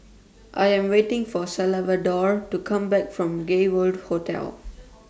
I Am waiting For Salvador to Come Back from Gay World Hotel